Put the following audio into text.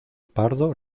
pardo